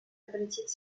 обратить